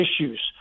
issues